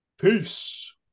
peace